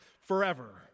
forever